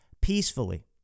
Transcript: peacefully